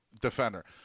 defender